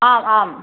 आम् आम्